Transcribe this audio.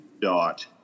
DOT